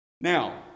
Now